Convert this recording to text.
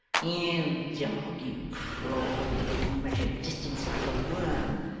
you dog, you crawl, you measure distance like a worm.